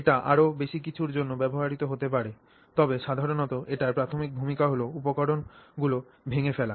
এটি আরও বেশি কিছুর জন্য ব্যবহৃত হতে পারে তবে সাধারণত এটির প্রাথমিক ভূমিকা হল উপকরণগুলি ভেঙে ফেলা